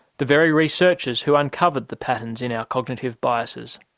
the very researchers who uncovered the patterns in our cognitive biases.